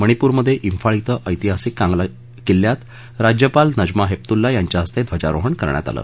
मणिपूरमध्ये फाळ श्वि ऐतिहासिक कांगला किल्ल्यात राज्यपाल नजमा हेपतुल्ला यांच्या हस्ते ध्वजारोहण करण्यात आलं